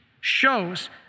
Shows